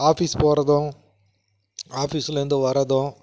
office போகிறதும் ஆஃபீஸ்லேருந்து வரதும்